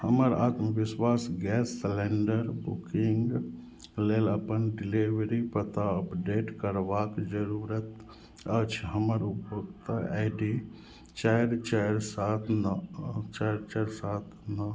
हमर आत्मविश्वास gas cylinder booking लेल अपन डिलिवरी पता अपडेट करबाक जरूरत अछि हमर उपभोक्ता आइ डी चारि चारि सात नओ चारि चारि सात नओ